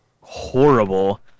horrible